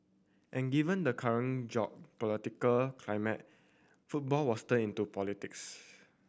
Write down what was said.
and given the current geopolitical climate football was turned into politics